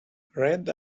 red